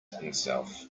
himself